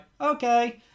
okay